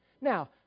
Now